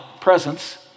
presence